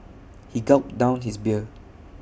he gulped down his beer